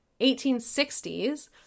1860s